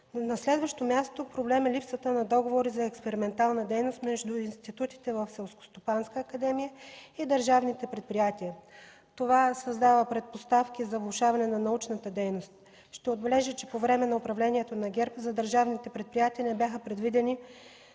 На следващо място, проблем е липсата на договори за експериментална дейност между институтите в Селскостопанската академия и държавните предприятия. Това създава предпоставки за влошаване на научната дейност. Ще отбележа, че по време на управлението на ГЕРБ за държавните предприятия не бяха предвидени